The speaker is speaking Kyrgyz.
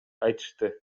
айтышты